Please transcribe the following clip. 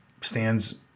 stands